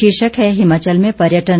शीर्षक है हिमाचल में पर्यटन